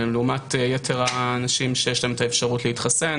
לעומת יתר האנשים שיש להם את האפשרות להתחסן,